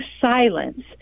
silence